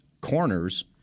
corners